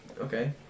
Okay